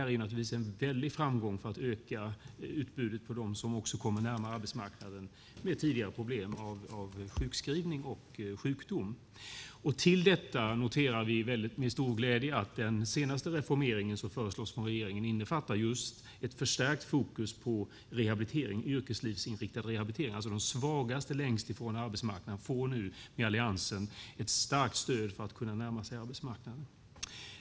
Det är naturligtvis en väldig framgång att ett ökat antal av dem som tidigare hade problem med sjukskrivning och sjukdom också kommer närmare arbetsmarknaden. Till detta noterar vi med stor glädje att den senaste reformeringen som föreslås av regeringen innefattar just förstärkt fokus på yrkeslivsinriktad rehabilitering, alltså de svagaste, de som står längst ifrån arbetsmarknaden får nu med Alliansen ett starkt stöd för att kunna närma sig arbetsmarknaden.